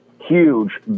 huge